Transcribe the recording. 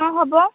ହଁ ହବ